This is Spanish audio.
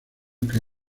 que